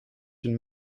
une